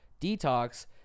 detox